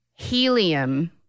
Helium